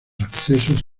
accesos